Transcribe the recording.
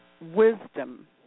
Wisdom